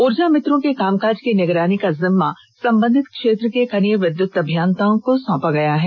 ऊर्जा मित्रों के कामकाज की निगरानी का जिम्मा संबंधित क्षेत्र के कनीय विद्युत अभियंताओं को सौंपा गया है